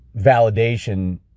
validation